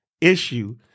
issue